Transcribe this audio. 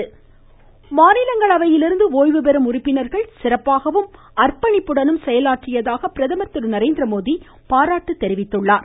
பிரதமர் மாநிலங்களவையிலிருந்து ஒய்வுபெறும் சிறப்பாகவும் அர்ப்பணிப்புடனும் செயலாற்றியதாக பிரதமர் திரு நரேந்திரமோடி பாராட்டு தெரிவித்தார்